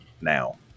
now